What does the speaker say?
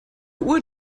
uhr